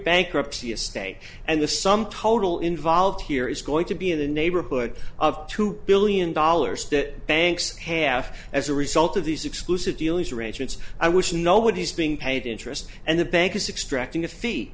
bankruptcy at stake and the sum total involved here is going to be in the neighborhood of two billion dollars that banks have as a result of these exclusive dealings arrangements i wish nobody's being paid interest and the banks extract in